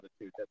attitude